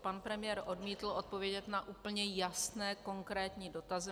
Pan premiér odmítl odpovědět na úplně jasné, konkrétní dotazy.